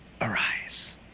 arise